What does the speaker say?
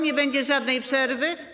Nie będzie żadnej przerwy.